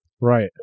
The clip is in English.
Right